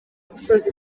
gusoza